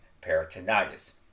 peritonitis